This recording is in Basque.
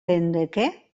geundeke